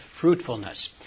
fruitfulness